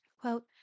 Quote